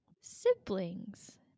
siblings